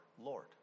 Lord